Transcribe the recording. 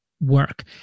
work